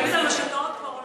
הריבית על משכנתאות כבר עולה,